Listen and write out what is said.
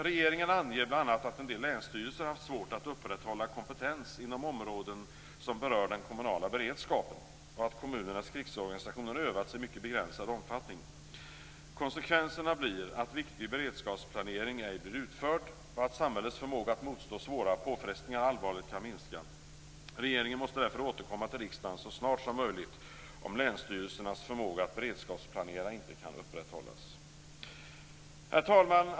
Regeringen anger bl.a. att en del länsstyrelser haft svårt att upprätthålla kompetens inom områden som berör den kommunala beredskapen och att kommunernas krigsorganisationer övats i mycket begränsad omfattning. Konsekvenserna blir att viktig beredskapsplanering inte blir utförd och att samhällets förmåga att motstå svåra påfrestningar allvarligt kan minska. Regeringen måste därför återkomma till riksdagen så snart som möjligt, om länsstyrelsernas förmåga att beredskapsplanera inte kan upprätthållas. Herr talman!